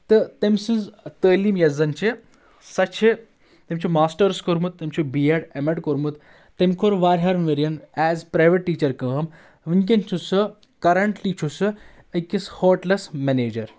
تہٕ تٔمۍ سٕنٛز تعٲلیٖم یۄس زن چھِ سۄ چھِ تٔمۍ چھُ ماسٹٲرٕس کوٚرمُت تٔمۍ چھُ بی ایڈ ایم ایڈ کوٚرمُت تٔمۍ کوٚر واریہَن ؤرۍ یَن اَیٚز پٕرٛیٚوَیٹ ٹیٖچر کٲم وٕنکؠن چھُ سُہ کَرَنٛٹلی چھُ سُہ أکِس ہوٹٕلَس مَینَیجَر